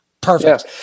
Perfect